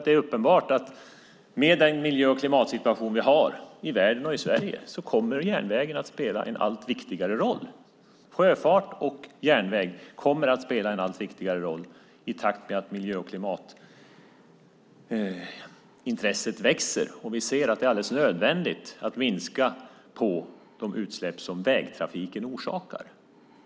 Det är uppbenbart att med den miljö och klimatsituation vi har i världen och i Sverige kommer järnvägen att spela en allt viktigare roll. Sjöfart och järnväg kommer att spela en allt viktigare roll i takt med att miljö och klimatintresset växer. Vi ser att det är alldeles nödvändigt att minska de utsläpp som vägtrafiken orsakar.